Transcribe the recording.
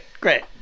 great